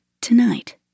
Tonight